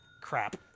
Crap